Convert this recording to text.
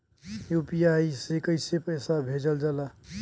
UPI से कइसे पैसा भेजल जाला?